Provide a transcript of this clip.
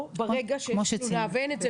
באותו הרגע וכשמעבירים אותו מהכלא.